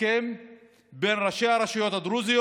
הסכם בין ראשי הרשויות הדרוזיות